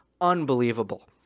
Unbelievable